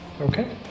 Okay